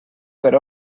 per